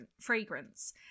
fragrance